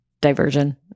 diversion